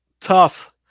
tough